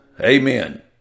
Amen